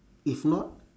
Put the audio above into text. if not